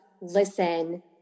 listen